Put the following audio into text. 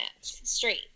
straight